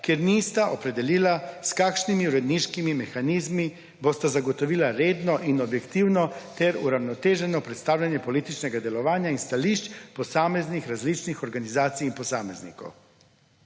ker nista opredelila, s kakšnimi uredniškimi mehanizmi bosta zagotovila redno in objektivno ter uravnoteženo predstavljanje političnega delovanja in stališč posameznih različnih organizacij in posameznikov.